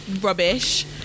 rubbish